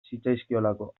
zitzaizkiolako